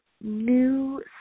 new